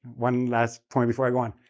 one last point before i go on